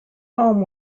home